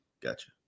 gotcha